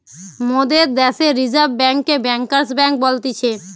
মোদের দ্যাশে রিজার্ভ বেঙ্ককে ব্যাঙ্কার্স বেঙ্ক বলতিছে